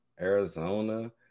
Arizona